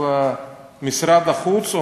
של משרד החוץ,